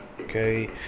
okay